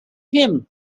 him